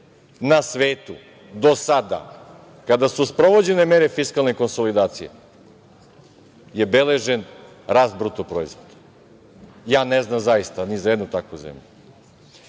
na svetu do sada, kada su sprovođene mere fiskalne konsolidacije, je beležen rast bruto proizvoda? Ja ne znam, zaista, ni za jednu takvu zemlju. Ono